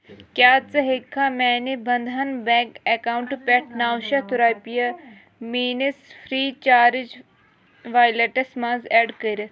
کیٛاہ ژٕ ہٮ۪کھا میانہِ بنٛدھن بیٚنٛک اکاونٹہٕ پٮ۪ٹھ نو شیٚتھ رۄپیہٕ میٲنِس فرٛی چارج ویلیٹَس منٛز ایڈ کٔرِتھ